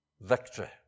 victory